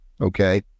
okay